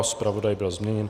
Zpravodaj byl změněn.